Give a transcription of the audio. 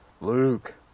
Luke